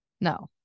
no